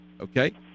okay